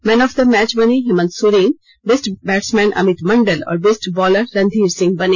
man of the match बने Hemant Soren best batsman Amit Mandal और best bowler Randhir Singh बने